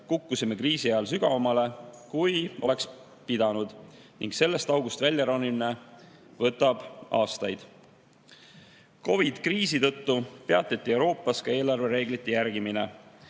kukkusime kriisi ajal sügavamale, kui oleks pidanud, ning sellest august välja ronimine võtab aastaid. COVID-kriisi tõttu peatati Euroopas ka eelarvereeglite järgimine.